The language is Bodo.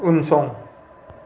उनसं